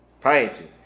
Piety